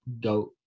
go